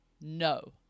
No